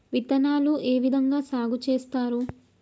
విత్తనాలు ఏ విధంగా సాగు చేస్తారు?